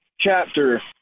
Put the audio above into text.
chapter